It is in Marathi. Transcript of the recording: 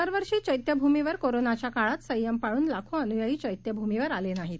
दरवर्षीचैत्यभूमीवरकोरोनाच्याकाळातसंयमपाळूनलाखोअन्यायीचैत्यभूमिवरआलेनाहीत